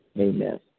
Amen